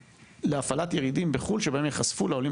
להפעלת ירידים בחו"ל שבהם ייחשפו לעולים